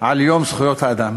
על יום זכויות האדם?